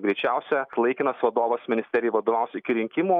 greičiausia laikinas vadovas ministerijai vadovaus iki rinkimų